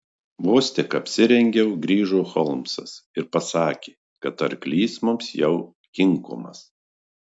vos tik apsirengiau grįžo holmsas ir pasakė kad arklys mums jau kinkomas